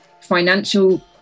financial